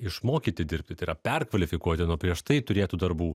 išmokyti dirbti tai yra perkvalifikuoti nuo prieš tai turėtų darbų